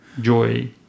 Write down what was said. joy